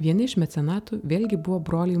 vieni iš mecenatų vėlgi buvo broliai